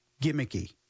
gimmicky